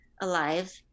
alive